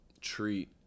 treat